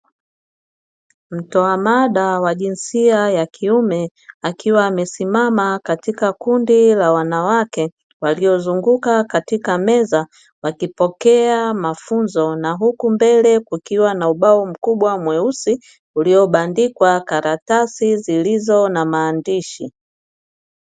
Mtoa mada wa jinsia ya kiume, akiwa amesimama katika kundi la wanawake waliozunguka katika meza, wakipokea mafunzo na huku mbele kukiwa na ubao mkubwa mweusi uliobandikwa karatasi zilizo na maandishi.